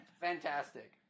Fantastic